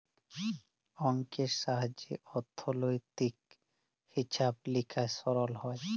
অংকের সাহায্যে অথ্থলৈতিক হিছাব লিকাস সরল হ্যয়